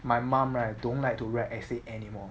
my mum right don't like to write essay anymore